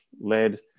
led